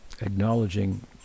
acknowledging